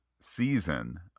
season